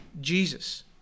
Jesus